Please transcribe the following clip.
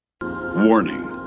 Warning